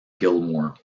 gilmour